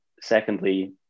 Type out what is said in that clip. secondly